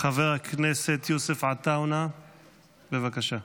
חבר הכנסת יוסף עטאונה, בבקשה.